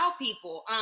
people